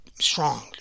strong